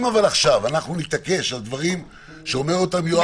אם אבל עכשיו אנחנו נתעקש הדברים שאומר אותם יואב,